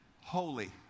holy